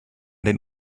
den